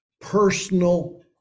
Personal